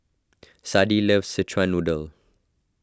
Sadie loves Szechuan Noodle